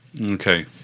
okay